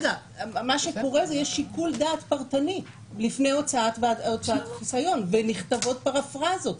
מה שקורה זה שיש שיקול דעת פרטני לפני הוצאת חיסיון ונכתבות פרפרזות.